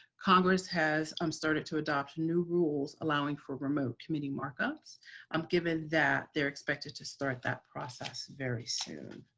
congress has um started to adopt new rules, allowing for remote committee markups um given that they're expected to start that process very soon.